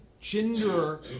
gender